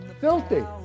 filthy